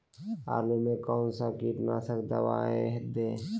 आलू में कौन सा कीटनाशक दवाएं दे?